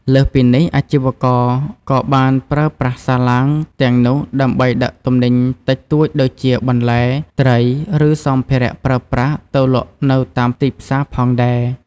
លើសពីនេះ អាជីវករក៏បានប្រើប្រាស់សាឡាងទាំងនោះដើម្បីដឹកទំនិញតិចតួចដូចជាបន្លែ ត្រី ឬសម្ភារៈប្រើប្រាស់ទៅលក់នៅតាមទីផ្សារផងដែរ។